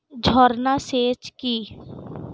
ঝর্না সেচ কি?